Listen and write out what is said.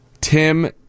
Tim